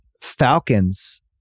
Falcons